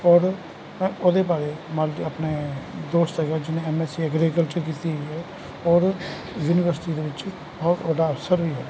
ਪੌਦੇ ਪੌਦੇ ਬਾਰੇ ਮਾਲੀ ਆਪਣੇ ਦੋਸਤ ਹੈਗਾ ਜਿਹਣੇ ਐਮ ਐਸ ਸੀ ਐਗਰੀਕਲਚਰ ਕੀਤੀ ਹੋਈ ਹੈ ਔਰ ਯੂਨੀਵਰਸਿਟੀ ਵਿੱਚ ਉੱਦਾਂ ਅਫਸਰ ਵੀ ਹੈ